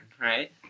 right